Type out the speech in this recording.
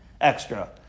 extra